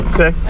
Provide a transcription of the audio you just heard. Okay